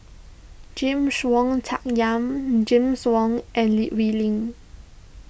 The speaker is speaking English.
James Wong Tuck Yim James Wong and Lee Wee Lin